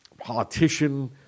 politician